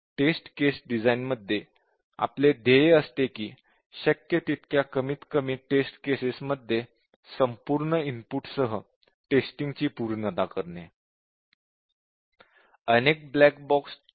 taste case डिझाइनमध्ये आपले ध्येय असते कि शक्य तितक्या कमीत कमी टेस्ट केसेस मध्ये संपूर्ण इनपुटसह टेस्टिंग ची पूर्णता प्राप्त करणे